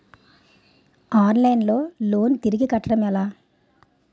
Online లో loan తిరిగి కట్టడం ఎలా?